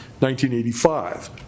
1985